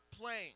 playing